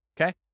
Okay